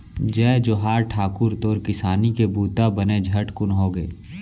जय जोहार ठाकुर, तोर किसानी के बूता बने झटकुन होगे?